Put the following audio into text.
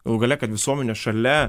galų gale kad visuomenė šalia